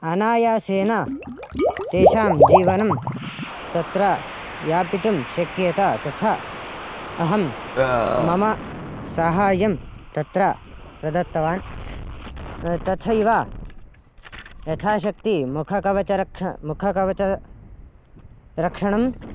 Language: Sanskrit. अनायासेन तेषां जीवनं तत्र यापितुं शक्येत तथा अहं मम साहाय्यं तत्र प्रदत्तवान् तथैव यथाशक्ति मुखकवचरक्षणं मुखकवचरक्षणम्